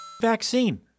vaccine